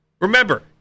Remember